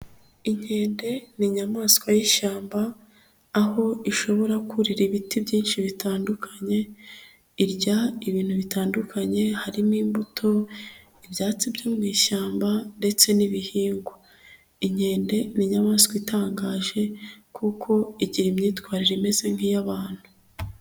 Inkende ni inyamaswa y'ishyamba, aho ishobora kurira ibiti byinshi bitandukanye. Irya ibintu bitandukanye harimo imbuto, ibyatsi byo mu ishyamba, ndetse n'ibihingwa. Inkende ni inyamaswa itangaje kuko igira imyitwarire imeze nk'iyabantu.